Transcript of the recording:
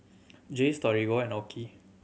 Jays Torigo and OKI